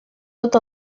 tot